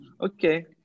Okay